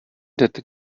that